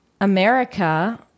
America